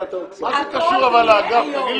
הכל יהיה היום.